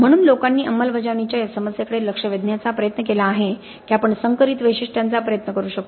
म्हणून लोकांनी अंमलबजावणीच्या या समस्येकडे लक्ष वेधण्याचा प्रयत्न केला आहे की आपण संकरित वैशिष्ट्यांचा प्रयत्न करू शकतो